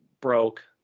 broke